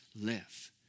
live